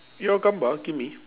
your gambar give me